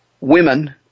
women